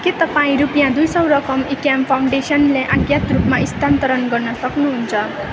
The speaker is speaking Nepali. के तपाईँ रुपियाँ दुई सौ रकम इक्याम फाउन्डेसनलाई आज्ञात रूपमा स्थानान्तर गर्न सक्नुहुन्छ